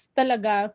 talaga